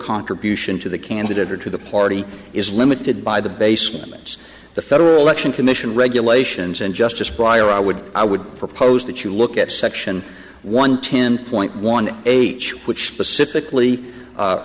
contribution to the candidate or to the party is limited by the basements the federal election commission regulations and just aspire i would i would propose that you look at section one ten point one eight which